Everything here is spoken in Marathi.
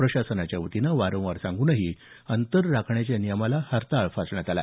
प्रशासनाच्यावतीनं वारंवार सांगूनही अंतर राखण्याच्या नियमाला हरताळ फासण्यात आला